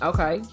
Okay